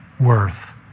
worth